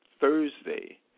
Thursday